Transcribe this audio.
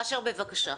אשר, בבקשה.